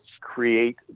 create